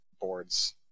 boards